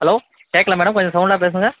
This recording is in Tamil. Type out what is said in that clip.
ஹலோ கேட்கல மேடம் கொஞ்சம் சௌண்டாக பேசுங்கள்